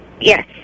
Yes